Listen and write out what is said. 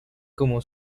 como